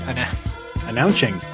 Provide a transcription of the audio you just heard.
Announcing